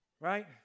Right